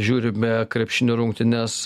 žiūrime krepšinio rungtynes